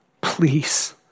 please